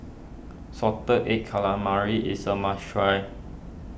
Salted Egg Calamari is a must try